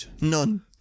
none